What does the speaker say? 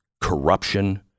corruption